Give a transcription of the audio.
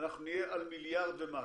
אנחנו נהיה על מיליארד ומשהו.